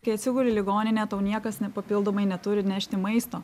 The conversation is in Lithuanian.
kai atsiguli į ligoninę tau niekas ne papildomai neturi nešti maisto